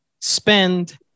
spend